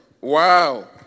Wow